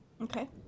Okay